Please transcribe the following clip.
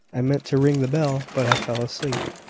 i meant to ring the bell, but i fell asleep.